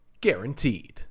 guaranteed